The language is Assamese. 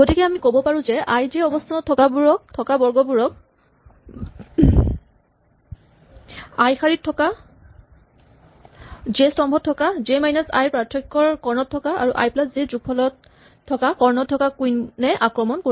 গতিকে আমি ক'ব পাৰো যে আই জে অৱস্হানত থকা বৰ্গবোৰক আই শাৰীত থকা জে স্তম্ভত থকা জে মাইনাচ আই পাৰ্থক্যৰ কৰ্ণত থকা বা আই প্লাচ জে যোগফলত থকা কৰ্ণত থকা কুইন এ আক্ৰমণ কৰিব